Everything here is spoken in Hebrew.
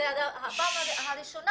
ראשונה